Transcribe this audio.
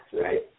right